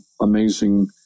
amazing